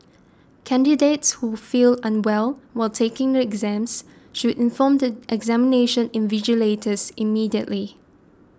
candidates who feel unwell while taking the exams should inform the examination invigilators immediately